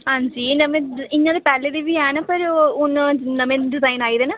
हांजी नमें इयां ते पैहले दे बी हैन पर हुन नमें डिजाइन आई गेदे न